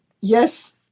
Yes